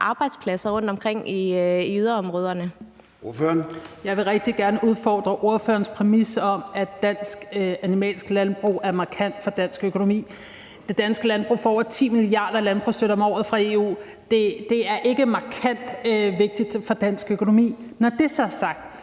Franciska Rosenkilde (ALT): Jeg vil rigtig gerne udfordre ordførerens præmis om, at et dansk animalsk landbrug er markant for dansk økonomi. Det danske landbrug får over 10 mia. kr. i landbrugsstøtte om året fra EU. Så det er ikke markant vigtigt for dansk økonomi. Når det så er sagt,